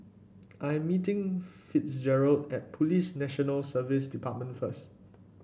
I am meeting Fitzgerald at Police National Service Department first